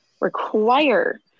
require